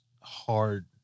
hard